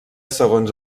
segons